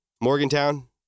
Morgantown